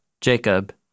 Jacob